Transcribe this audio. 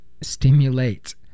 stimulate